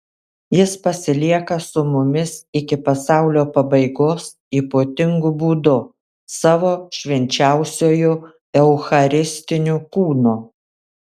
jis pasilieka su mumis iki pasaulio pabaigos ypatingu būdu savo švenčiausiuoju eucharistiniu kūnu